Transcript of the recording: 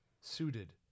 suited